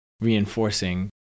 reinforcing